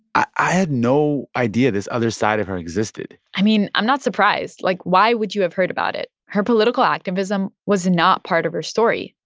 i had no idea this other side of her existed i mean, i'm not surprised. like, why would you have heard about it? her political activism was not part of her story.